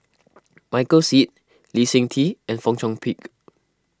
Michael Seet Lee Seng Tee and Fong Chong Pik